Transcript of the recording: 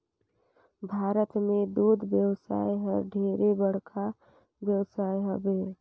भारत में दूद के बेवसाय हर ढेरे बड़खा बेवसाय हवे